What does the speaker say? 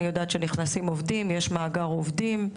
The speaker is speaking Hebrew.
אני יודעת שנכנסים עובדים ויש מאגר עובדים.